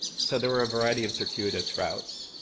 so there were a variety of circuitous routes.